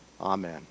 Amen